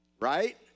Right